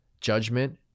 judgment